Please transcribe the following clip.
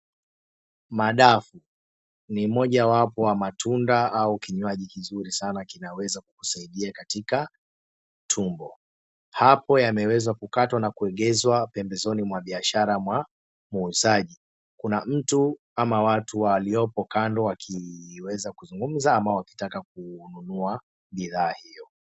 Madafu ni moja wapo ya matunda au kinywaji kizuri saana kinaweza kukusaidia katika tumbo. Hapo yameweza kukatwa na kuegezwa pembezoni mwa biashara mwa muuzaji. Kuna mtu au watu waliopo kando wakiweza kuzungumza au kununua bidhaa hiyo.